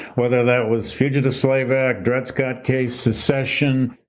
whether that was fugitive slave act, dred scott case, secession,